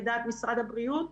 לדעת משרד הבריאות,